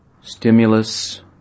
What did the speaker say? stimulus